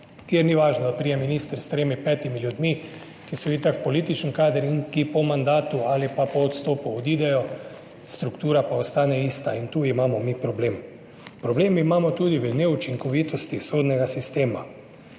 kjer ni važno, da pride minister s tremi, petimi ljudmi, ki so bili tak političen kader in ki po mandatu ali pa po odstopu odidejo, struktura pa ostane ista. In tu imamo mi problem. Problem imamo tudi v neučinkovitosti sodnega sistema.